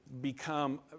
become